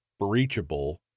breachable